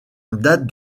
date